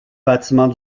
bâtiments